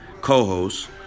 co-host